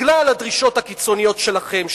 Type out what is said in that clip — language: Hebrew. בגלל הדרישות הקיצוניות שלכם,